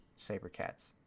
Sabercats